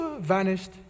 vanished